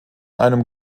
einem